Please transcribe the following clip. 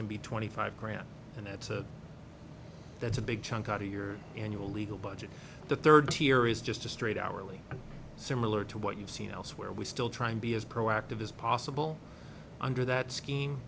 can be twenty five grand and that's a that's a big chunk out of your annual legal budget the third tier is just a straight hourly similar to what you've seen elsewhere we still try to be as proactive as possible under that s